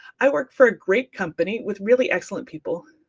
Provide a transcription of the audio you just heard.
i work for a great company with really excellent people,